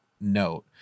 note